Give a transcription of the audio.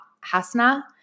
Hasna